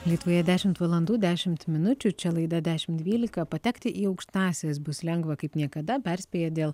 lietuvoje dešimt valandų dešimt minučių čia laida dešimt dvylika patekti į aukštąsias bus lengva kaip niekada perspėja dėl